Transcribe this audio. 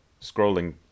scrolling